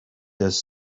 his